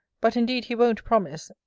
but indeed he won't promise,